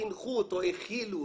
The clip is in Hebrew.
חינכו אותו, האכילו אותו,